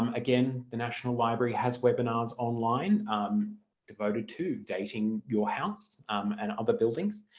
um again the national library has webinars online devoted to dating your house and other buildings.